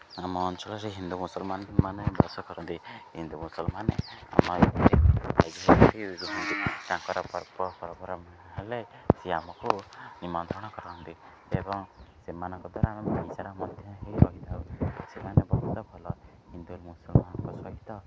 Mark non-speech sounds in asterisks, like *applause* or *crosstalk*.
ଆମ ଅଞ୍ଚଳରେ ହିନ୍ଦୁ ମୁସଲମାନମାନେ ବାସ କରନ୍ତି ହିନ୍ଦୁ ମୁସଲମାନମାନେ *unintelligible* ତାଙ୍କର ପର୍ବ ପର୍ବର ହେଲେ ସେ ଆମକୁ ନିମନ୍ତ୍ରଣ କରନ୍ତି ଏବଂ ସେମାନଙ୍କ ଦ୍ୱାରା ଆମେ ଭାଇଚାରା ମଧ୍ୟ ହେଇ ରହିଥାଉ ସେମାନେ ବହୁତ ଭଲ ହିନ୍ଦୁ ମୁସଲମାନମାନଙ୍କ ସହିତ